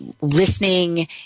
listening